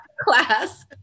class